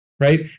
Right